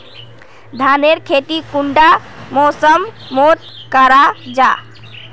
धानेर खेती कुंडा मौसम मोत करा जा?